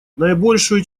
наибольшую